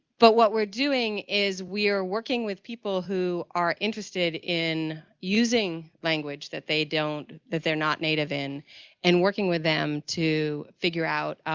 but what we're doing is we are working with people who are interested in using language that they don't, that they're not native in and working with them to figure out,